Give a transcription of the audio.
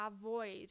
avoid